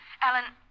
Alan